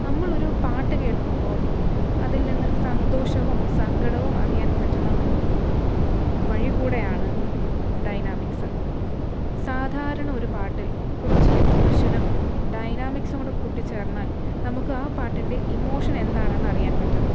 നമ്മളൊരു പാട്ട് കേൾക്കുമ്പോൾ അതിൽ നിന്ന് സന്തോഷവും സങ്കടവും അറിയാൻ പറ്റുന്ന ഒരു വഴി കൂടെയാണ് ഡയനാമിക്സ് സാധാരണ ഒരു പാട്ടിൽ കുറച്ച് എക്സ്പ്രെഷനും ഡയനാമിക്സും കൂടെ കൂട്ടി ചേർന്നാൽ നമുക്ക് ആ പാട്ടിൻ്റെ ഇമോഷൻ എന്താണെന്ന് അറിയാൻ പറ്റും